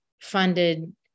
funded